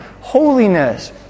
holiness